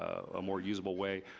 a more usable way.